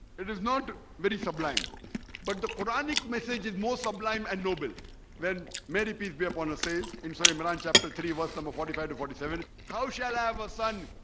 it is not very sublime but the quranic message is most sublime and noble when mary peace be upon her says in surrey milan chapter three verse number forty five to forty seven how shall i have a son?